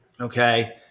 Okay